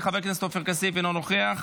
חבר הכנסת עופר כסיף, אינו נוכח,